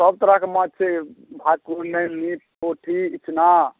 सब तरहके माछ छै भाकुर नैनी पोठी इचना